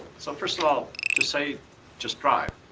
so first of all to say just drive.